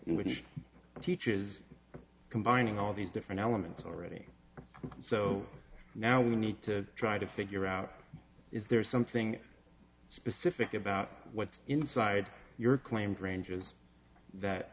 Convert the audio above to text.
which teaches combining all these different elements already so now we need to try to figure out is there something specific about what's inside your claimed ranges that